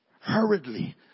hurriedly